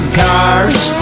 cars